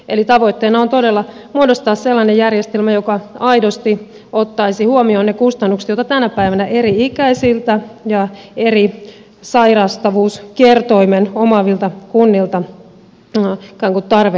eli tavoitteena on todella muodostaa sellainen järjestelmä joka aidosti ottaisi huomioon ne kustannukset joita tänä päivänä eri ikärakenteen ja eri sairastavuuskertoimen omaavilla kunnilla on joiden osalta ikään kuin tarve nousee